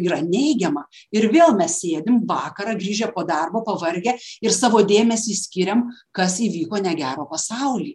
yra neigiama ir vėl mes sėdim vakarą grįžę po darbo pavargę ir savo dėmesį skiriam kas įvyko negero pasauly